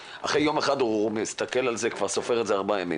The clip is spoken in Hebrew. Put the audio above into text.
אחרי יום אחד הוא מסתכל על זה כבר וסופר כאילו זה ארבעה ימים.